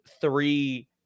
three